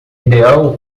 ideal